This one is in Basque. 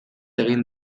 egin